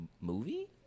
movie